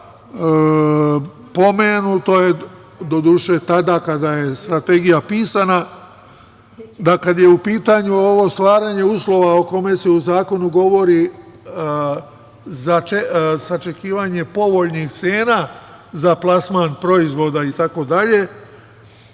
toga pomenuto je, doduše, tada kada je strategija pisana, da kada je u pitanju stvaranje uslova o kome se u zakonu govori, sačekivanje povoljnih cena za plasman proizvoda itd,